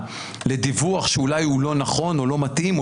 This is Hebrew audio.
לדיווח שאולי הוא לא נכון או לא מתאים,